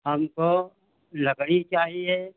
हमको लकड़ी चाहिए